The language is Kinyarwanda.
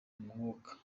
umwuka